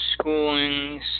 schoolings